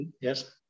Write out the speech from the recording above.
Yes